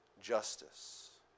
justice